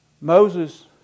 Moses